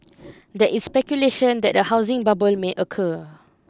there is speculation that a housing bubble may occur